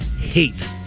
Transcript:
hate